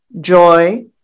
joy